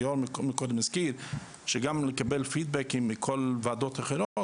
היושב-ראש קודם הזכיר גם לקבל פידבק מוועדות אחרות,